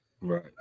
Right